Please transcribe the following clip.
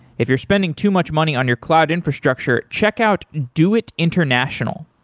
if you're spending too much money on your cloud infrastructure, check out doit international.